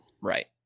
right